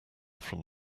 from